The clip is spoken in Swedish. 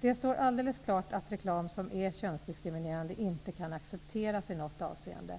Det står alldeles klart att reklam som är könsdiskriminerande inte kan accepteras i något avseende.